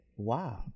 wow